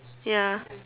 ya